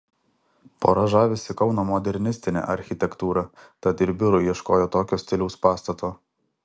pora žavisi kauno modernistine architektūra tad ir biurui ieškojo tokio stiliaus pastato